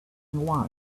why